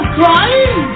crying